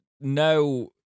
no